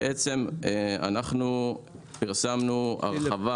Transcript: בעצם פרסמנו הרחבה